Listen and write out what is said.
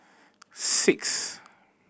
six